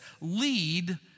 lead